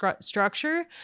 structure